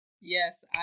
Yes